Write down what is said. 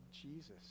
Jesus